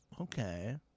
Okay